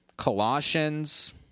Colossians